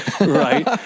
right